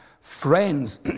friends